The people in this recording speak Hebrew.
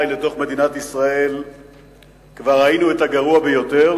לתוך מדינת ישראל כבר ראינו את הגרוע ביותר,